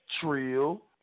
Trill